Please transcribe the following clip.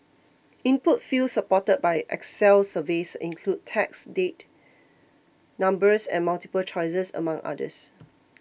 input fields supported by Excel surveys include text date numbers and multiple choices among others